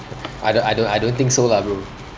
I don't I don't I don't think so lah bro